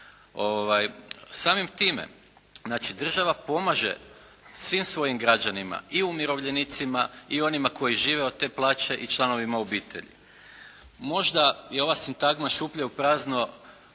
Samim time znači država pomaže svim svojim građanima, i umirovljenicima i onima koji žive od plaće i članovima obitelji. Možda je ova sintagma šuplje u prazno